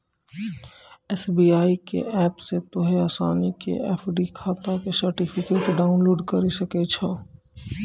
SBI के app से तोंहें असानी से एफ.डी खाता के सर्टिफिकेट डाउनलोड करि सकै छो